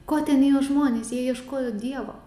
ko ten ėjo žmonės jie ieškojo dievo